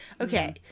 Okay